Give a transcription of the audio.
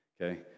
okay